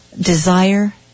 desire